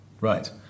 Right